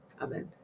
Amen